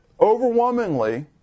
overwhelmingly